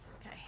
Okay